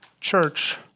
church